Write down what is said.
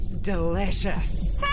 Delicious